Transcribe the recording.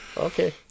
Okay